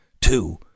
two